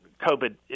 COVID